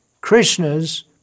Krishna's